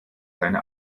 seine